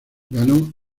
ganó